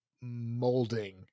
molding